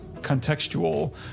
contextual